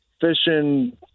Fishing